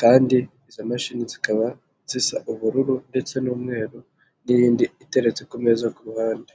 kandi izo mashini zikaba zisa ubururu ndetse n'umweru n'iyindi iteretse ku meza ku ruhande.